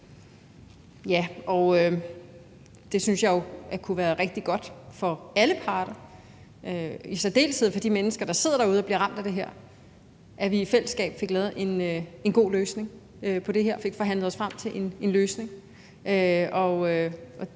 Ja, og jeg synes jo, det kunne være rigtig godt for alle parter og i særdeleshed for de mennesker, der sidder derude og bliver ramt af det her, at vi i fællesskab fik lavet en god løsning på det her og fik forhandlet os frem til en løsning. Det